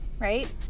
right